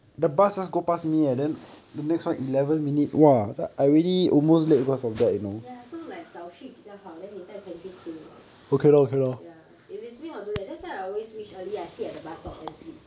ya so like 早去比较好 then 你在 pantry 吃 ya if it's me I will do that that's why I always reach early I sit at the bus stop and sleep